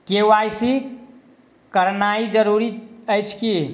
KYC करानाइ जरूरी अछि की?